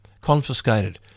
Confiscated